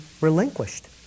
relinquished